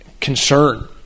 Concern